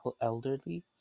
elderly